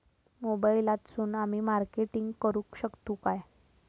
मोबाईलातसून आमी मार्केटिंग करूक शकतू काय?